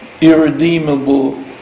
irredeemable